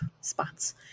spots